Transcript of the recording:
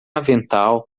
avental